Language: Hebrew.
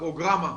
הפרוגרמה,